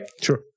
Sure